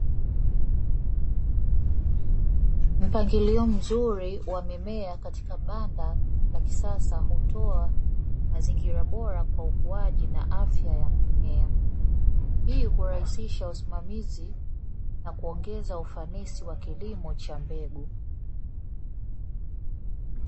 Mpangilio mzuri wa mimea katika banda la kisasa hutoa mazingira bora kwa ukuaji na afya ya mimea hii hurahisisha usimamizi na kuongeza ufanisi wa kilimo cha mbegu.